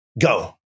Go